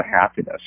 happiness